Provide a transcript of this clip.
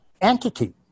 entity